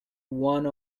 one